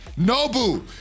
Nobu